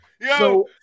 Yo